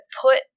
put